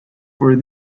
for